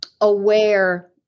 aware